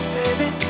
baby